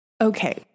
Okay